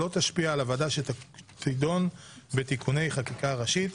לא תשפיע על הוועדה שתדון בתיקוני חקיקה ראשית.